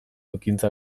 ekintza